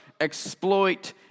exploit